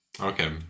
okay